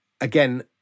again